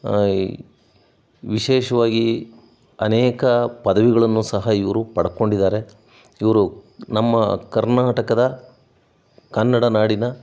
ವಿಶೇಷವಾಗಿ ಅನೇಕ ಪದವಿಗಳನ್ನು ಸಹ ಇವರು ಪಡ್ಕೊಂಡಿದ್ದಾರೆ ಇವರು ನಮ್ಮ ಕರ್ನಾಟಕದ ಕನ್ನಡ ನಾಡಿನ